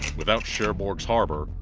without cherbourg s harbor,